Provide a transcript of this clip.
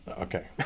Okay